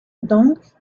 donc